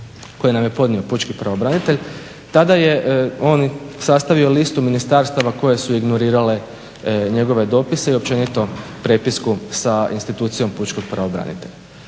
koje nam je podnio pučki pravobranitelj tada je on sastavio listu ministarstava koje su ignorirale njegove dopise i općenito prepisku sa institucijom pučkog pravobranitelja.